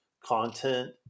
content